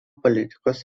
politikos